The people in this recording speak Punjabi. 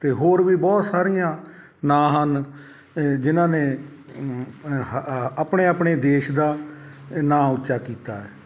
ਅਤੇ ਹੋਰ ਵੀ ਬਹੁਤ ਸਾਰੀਆਂ ਨਾਂ ਹਨ ਜਿਨ੍ਹਾਂ ਨੇ ਹ ਅ ਆਪਣੇ ਆਪਣੇ ਦੇਸ਼ ਦਾ ਨਾਂ ਉੱਚਾ ਕੀਤਾ